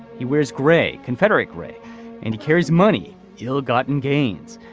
he wears gray confederate gray and he carries money ill gotten gains.